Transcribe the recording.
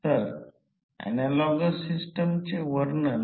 जर ते अग्रगण्य शक्ती घटक असेल तर ते होईल